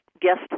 guest